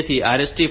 તેથી RST 5